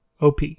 OP